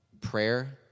Prayer